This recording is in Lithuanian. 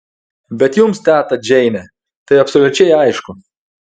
bet jums teta džeine tai absoliučiai aišku